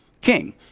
king